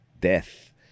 death